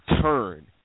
turn